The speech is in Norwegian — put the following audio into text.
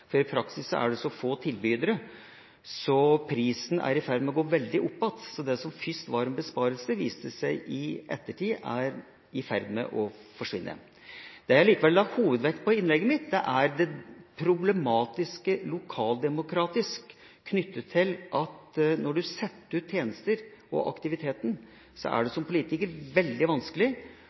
for i praksis er det så få tilbydere at prisen er i ferd med å gå veldig opp igjen. Så det som først var en besparelse – viser det seg i ettertid – er i ferd med å forsvinne. Det jeg la hovedvekt på i innlegget mitt, er det lokaldemokratisk problematiske knyttet til at når en setter ut tjenester og aktivitet, er det som politiker veldig vanskelig